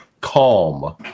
calm